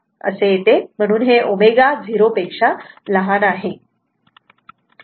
म्हणून हे ω 0 आहे